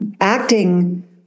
acting